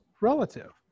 relative